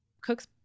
cook's